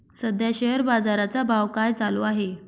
सध्या शेअर बाजारा चा भाव काय चालू आहे?